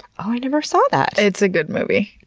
i never saw that. it's a good movie.